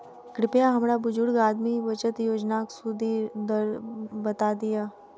कृपया हमरा बुजुर्ग आदमी बचत योजनाक सुदि दर बता दियऽ